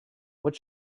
what